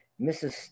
Mrs